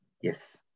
Yes